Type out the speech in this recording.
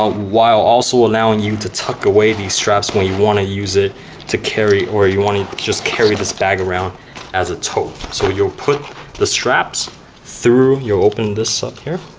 ah while also allowing you to tuck away these straps when you want to use it to carry, or you want to just carry this bag around as a tote. so you'll put the straps through. you'll open this up here.